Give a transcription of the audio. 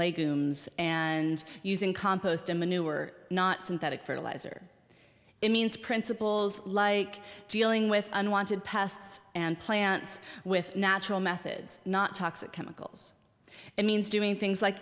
legumes and using compost aminu or not synthetic fertiliser it means principles like dealing with unwanted pests and plants with natural methods not toxic chemicals it means doing things like